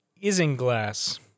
isinglass